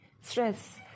Stress